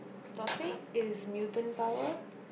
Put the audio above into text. topic is mutant power